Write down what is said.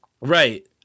Right